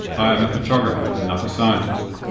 i am a photographer and not a scientist.